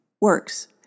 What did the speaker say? works